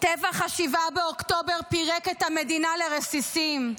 טבח 7 באוקטובר פירק את המדינה לרסיסים.